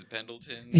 Pendleton